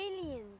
aliens